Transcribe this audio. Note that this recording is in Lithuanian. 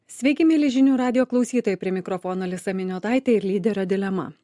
sveiki mieli žinių radijo klausytojai prie mikrofono alisa miniotaitė ir lyderio dilema